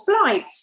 flight